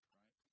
right